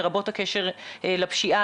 לרבות הקשר לפשיעה.